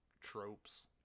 tropes